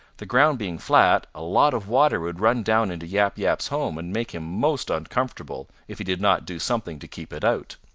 the ground being flat, a lot of water would run down into yap yap's home and make him most uncomfortable if he did not do something to keep it out.